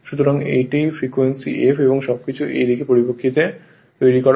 সুতরাং এটি frequency f এবং সবকিছু এই দিকের পরিপ্রেক্ষিতে তৈরি হয়